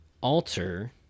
alter